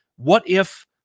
what-if